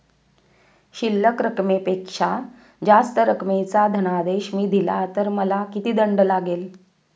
शिल्लक रकमेपेक्षा जास्त रकमेचा धनादेश मी दिला तर मला किती दंड लागेल?